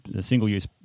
single-use